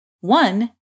One